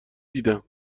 دیدم